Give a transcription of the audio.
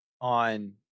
on